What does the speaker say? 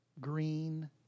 green